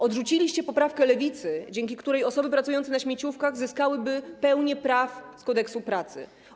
Odrzuciliście poprawkę Lewicy, dzięki której osoby pracujące na śmieciówkach zyskałyby pełnię praw z Kodeksu pracy.